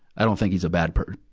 i don't think he's a bad per,